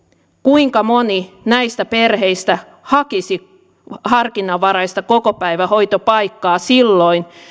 kuinka moni näistä perheistä hakisi harkinnanvaraista kokopäivähoitopaikkaa silloin